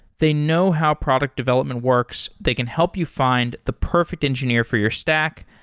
they know how product development works. they can help you find the perfect engineer for your stack,